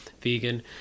vegan